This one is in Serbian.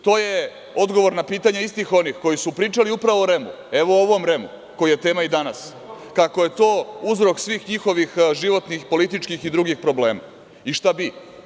To je odgovor na pitanje istih onih koji su pričali upravo o REM-u, evo ovom REM-u koji je tema danas, kako je to uzrok svih njihovih životnih, političkih i svih drugih problema i šta bi?